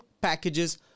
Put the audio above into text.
packages